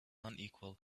unequal